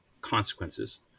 consequences